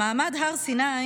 במעמד הר סיני,